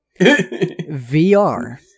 VR